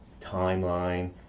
timeline